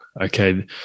Okay